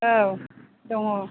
औ दङ